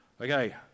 Okay